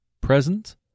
present